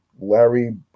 Larry